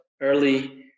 early